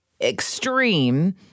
extreme